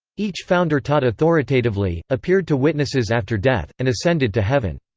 each founder taught authoritatively, appeared to witnesses after death, and ascended to heaven.